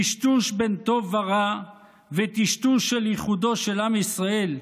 טשטוש בין טוב לרע וטשטוש של ייחודו של עם ישראל,